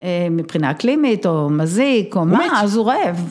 מבחינה אקלימית, או מזיק, או מה, אז הוא רעב.